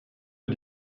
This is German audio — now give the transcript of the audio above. mir